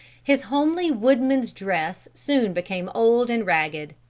his homely woodman's dress soon became old and ragged.